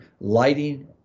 lighting